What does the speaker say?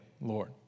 Lord